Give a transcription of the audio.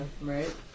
Right